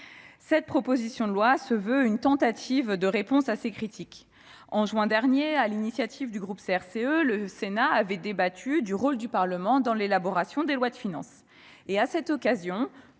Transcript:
Cette proposition de loi se veut une tentative de réponse à ces critiques. En juin dernier, sur l'initiative du groupe CRCE, le Sénat a débattu du rôle du Parlement dans l'élaboration des lois de finances. À cette occasion,